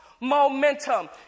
momentum